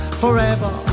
forever